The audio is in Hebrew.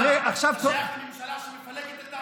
אתה שייך לממשלה שמפלגת את העם,